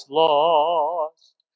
lost